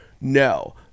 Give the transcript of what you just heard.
no